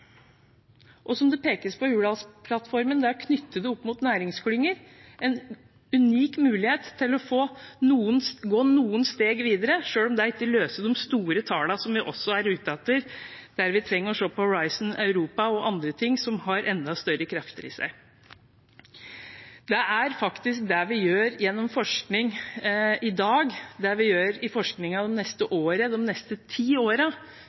Som det pekes på i Hurdalsplattformen, er det å knytte det opp mot næringsklynger en unik mulighet til å gå noen steg videre, selv om det ikke utløser de store tallene, som vi også er ute etter, der vi trenger å se på Horisont Europa og andre, som har enda større krefter i seg. Det er faktisk det vi gjør gjennom forskningen i dag, og det vi gjør i forskningen det neste året og de neste ti